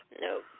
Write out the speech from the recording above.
Nope